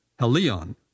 Helion